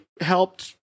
helped